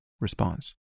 response